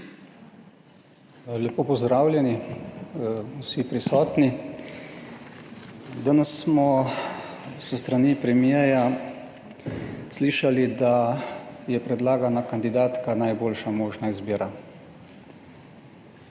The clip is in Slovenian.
Lepo pozdravljeni vsi prisotni! Danes smo s strani premierja slišali, da je predlagana kandidatka najboljša možna izbira.